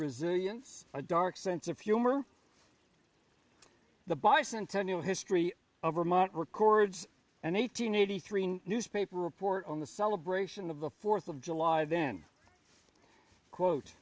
resilience a dark sense of humor the bicentennial history of vermont records and eight hundred eighty three newspaper report on the celebration of the fourth of july then quote